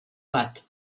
bat